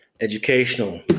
Educational